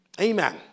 Amen